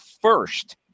first